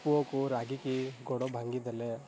ପୁଅକୁ ରାଗିକି ଗୋଡ଼ ଭାଙ୍ଗି ଦେଲେ